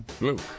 Luke